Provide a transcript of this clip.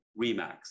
Remax